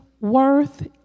worth